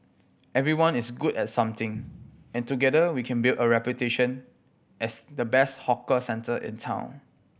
everyone is good at something and together we can build a reputation as the best hawker centre in town